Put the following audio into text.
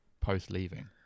post-leaving